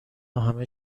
همه